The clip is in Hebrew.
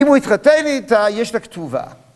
אם הוא יתחתן איתה, יש לה כתובה.